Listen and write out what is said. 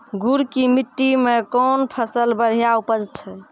गुड़ की मिट्टी मैं कौन फसल बढ़िया उपज छ?